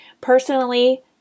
Personally